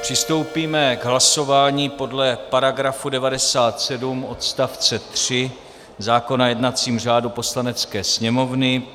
Přistoupíme k hlasování podle § 97 odst. 3 zákona o jednacím řádu Poslanecké sněmovny.